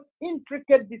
intricate